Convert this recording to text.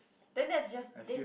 then that's just then